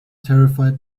terrified